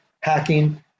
hacking